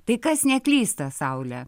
tai kas neklysta saule